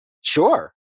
sure